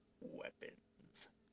weapons